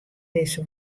dizze